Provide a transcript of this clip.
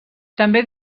també